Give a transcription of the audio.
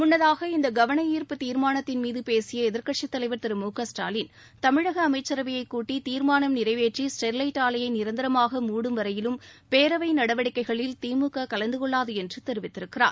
முன்னதாக இந்த கவனஈர்ப்பு தீர்மானத்தின் மீது பேசிய எதிர்க்கட்சித் தலைவர் திரு மு க ஸ்டாலின் தமிழக அமைச்சரவையை கூட்டி தீர்மானம் நிறைவேற்றி ஸ்டெர்வைட் ஆலையை நிரந்தரமாக மூடும் வரையிலும் பேரவை நடவடிக்கைகளில் திமுக கலந்து கொள்ளாது என்று தெரிவித்திருக்கிறார்